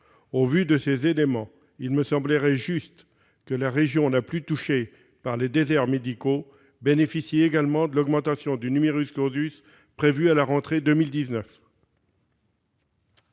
Au vu de ces éléments, il me semblerait juste que la région la plus touchée par les déserts médicaux bénéficie également de l'augmentation de prévue à la rentrée de 2019.